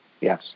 Yes